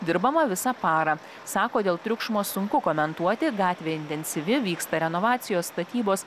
dirbama visą parą sako dėl triukšmo sunku komentuoti gatvė intensyvi vyksta renovacijos statybos